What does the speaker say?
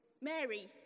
Mary